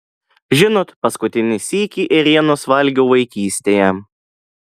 žinot paskutinį sykį ėrienos valgiau vaikystėje